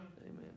Amen